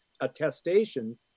attestation